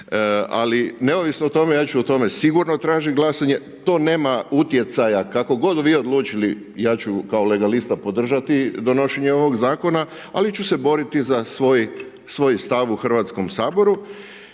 Ali neovisno o tome, ja ću o tome sigurno tražit glasanje, to nema utjecaja kako god vi odlučili, ja ću kao legalista podržati donošenje ovog zakona, ali ću se boriti za svoj stav u Hrvatskom saboru.